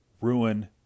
ruin